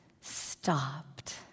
stopped